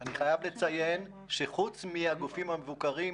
אני חייב לציין שחוץ מהגופים המבוקרים,